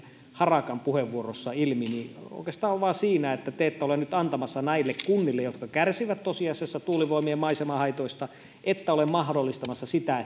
harakan puheenvuorossa ilmi on oikeastaan vain siinä että nyt näille kunnille jotka kärsivät tosiasiassa tuulivoimien maisemahaitoista te ette ole mahdollistamassa sitä